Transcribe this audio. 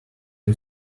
you